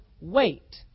wait